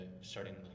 starting